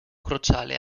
cruciale